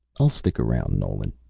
i'll stick around, nolan.